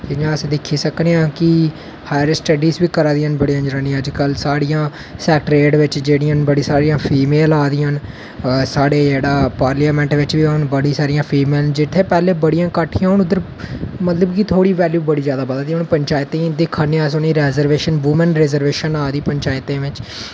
जियां अस दिक्खी सकने आं कि हाईयरस स्टडी बी करा दियां न बड़ियां जनानियां अज्ज कल साढ़ियां सैक्ट्रेट च बड़ियां सारियां फीमेल अवा दियां न साढ़ियां पार्लिमैंट च बड़ियां सारियां फीमेल न जित्थें पैह्लें बड़ियां घट्ट् हियां उद्धर मतलव थोह्ड़ी बैल्यू बड़ी बधदी हून दिक्खा ने अस उनेंगी रिजर्वेशन आ दी पंचैंते बिच्च